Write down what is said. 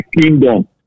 kingdom